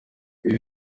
ibi